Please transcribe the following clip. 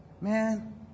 Man